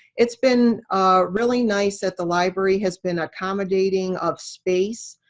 it's been really nice that the library has been accommodating of space.